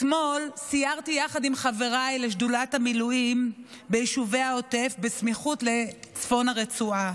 אתמול סיירתי יחד עם חבריי לשדולת המילואים בסמיכות לצפון הרצועה.